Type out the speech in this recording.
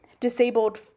disabled